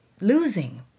losing